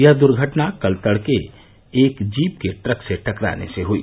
यह दूर्घटना कल तड़के एक जीप के ट्रक से टकराने से हुई